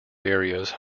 areas